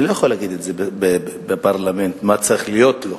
אני לא יכול להגיד בפרלמנט מה צריך להיות לו,